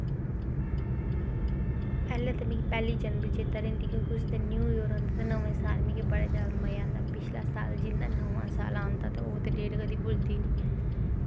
पैह्लें ते मिगी पैह्ली जनवरी चेता रौंह्दी कि उस दिन न्यू ईयर होंदा ते नमां साल मिगी बड़ा शैल मजा आंदा ते पिच्छले साल मिगी नमां साल आंदा ते ओह् डेट मिगी कदें भुल्लदी गै नेईं